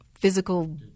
physical